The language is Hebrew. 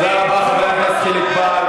תודה רבה, חבר הכנסת חיליק בר.